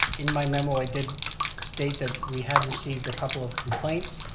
in my memo i did state that we had received a couple of complaints,